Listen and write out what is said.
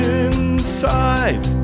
inside